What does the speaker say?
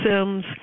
Sims